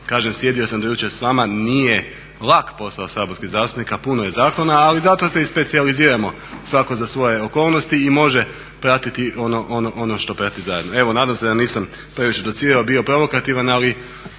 kažem sjedio sam do jučer sa vama, nije lak posao saborskih zastupnika, puno je zakona ali zato se i specijaliziramo svako za svoje okolnosti i može pratiti ono što prati zajedno. Evo nadam se da nisam previše docirao, bio provokativan, ali